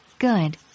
good